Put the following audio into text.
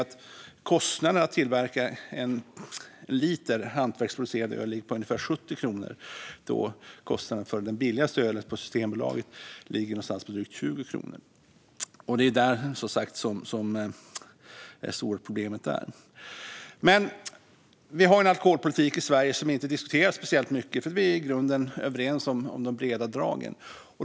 Kostnaderna för att tillverka en liter hantverksproducerat öl ligger på ungefär 70 kronor, medan kostnaden för det billigaste ölet på Systembolaget ligger på drygt 20 kronor. Det är där det stora problemet finns. Vi har i Sverige en alkoholpolitik som inte diskuteras speciellt mycket. Vi är i grunden överens om de breda dragen.